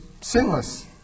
sinless